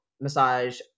massage